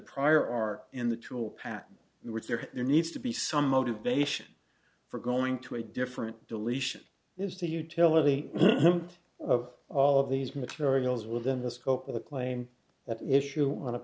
prior are in the tool path were there there needs to be some motivation for going to a different deletion is the utility of all of these materials within the scope of the claim at issue on a